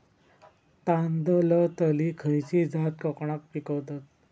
तांदलतली खयची जात कोकणात पिकवतत?